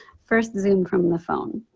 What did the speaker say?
first zoom from the phone.